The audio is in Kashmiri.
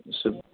سُہ